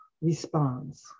responds